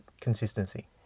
consistency